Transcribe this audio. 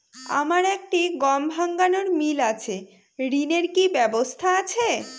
আমার একটি গম ভাঙানোর মিল আছে ঋণের কি ব্যবস্থা আছে?